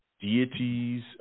deities